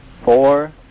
four